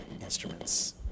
instruments